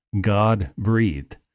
God-breathed